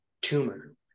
tumor